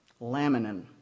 laminin